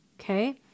Okay